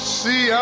see